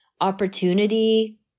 opportunity